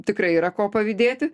tikrai yra ko pavydėti